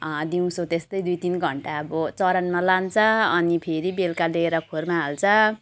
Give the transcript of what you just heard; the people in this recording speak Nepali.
दिउँसो त्यस्तै दुई तिन घन्टा अब चरनमा लान्छ अनि फेरि बेलुका लिएर खोरमा हाल्छ